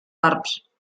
barbs